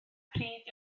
pryd